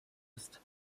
ist